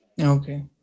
Okay